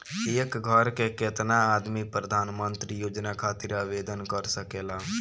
एक घर के केतना आदमी प्रधानमंत्री योजना खातिर आवेदन कर सकेला?